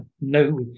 No